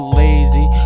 lazy